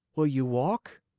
will you walk?